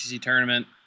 tournament